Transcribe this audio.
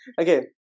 Okay